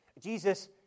Jesus